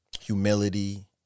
humility